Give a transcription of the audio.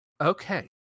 okay